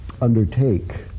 undertake